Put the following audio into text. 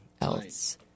else